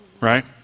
right